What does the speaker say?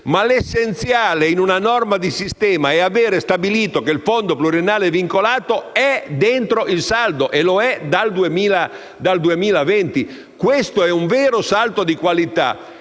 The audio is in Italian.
mese, ma in una norma di sistema l'essenziale è avere stabilito che il fondo pluriennale vincolato è dentro il saldo e lo è dal 2020. Questo è un vero salto di qualità